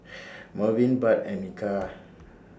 Merwin Budd and Micah